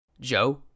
Joe